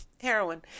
heroin